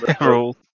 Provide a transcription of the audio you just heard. rules